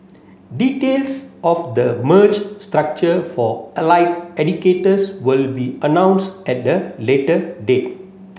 details of the merged structure for allied educators will be announced at the later date